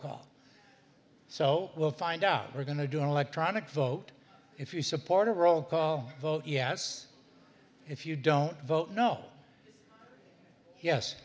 call so we'll find out we're going to do an electronic vote if you support a roll call vote yes if you don't vote no yes